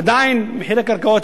עדיין מחירי קרקעות,